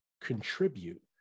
contribute